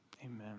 Amen